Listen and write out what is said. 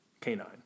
canine